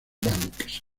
banks